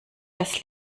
das